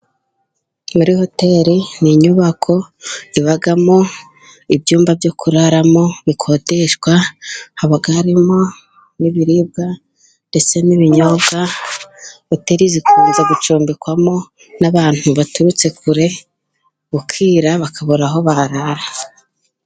Muri hoteri ni inyubako ibamo ibyumba byo kuraramo bikodeshwa, haba harimo n'ibiribwa, ndetse n'ibinyobwa, hoteri zikunze gucumbikwamo n'abantu baturutse kure, bukira bakabura aho barara.